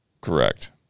Correct